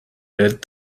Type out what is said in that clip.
dead